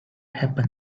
happen